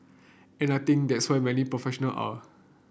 and I think that's where many professional are